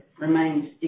remains